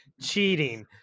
cheating